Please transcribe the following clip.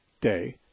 day